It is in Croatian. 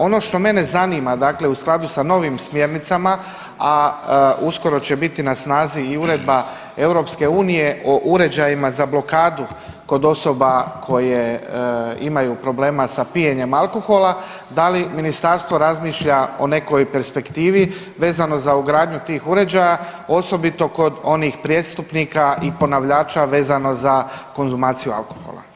Ono što mene zanima dakle u skladu sa novim smjernicama, a uskoro će biti na snazi i uredba EU o uređajima za blokadu kod osoba koje imaju problema sa pijenjem alkohola, da li Ministarstvo razmišlja o nekoj perspektivi vezano za ugradnju tih uređaja, osobito kod onih prijestupnika i ponavljača vezano za konzumaciju alkohola.